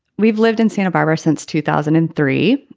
we've lived in santa barbara since two thousand and three.